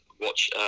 watch